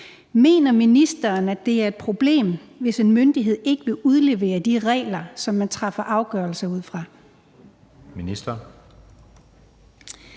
Mener ministeren, at det er et problem, hvis en myndighed ikke vil udlevere de regler, som man træffer afgørelser ud fra?